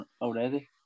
already